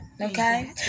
okay